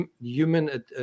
human